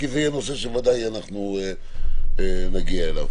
כי זה יהיה נושא שוודאי נגיע אליו.